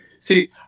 See